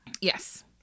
Yes